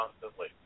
constantly